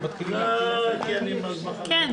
ננעלה